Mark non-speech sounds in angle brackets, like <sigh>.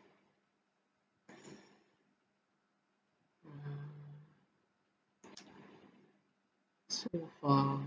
<noise> mm so far